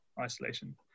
isolation